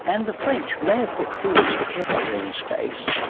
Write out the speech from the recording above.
and the french may have put felix the cat up there in space,